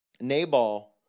Nabal